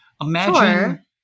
Imagine